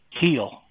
heal